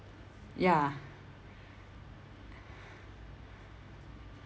ya